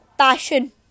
Passion